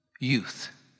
youth